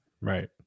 right